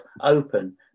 open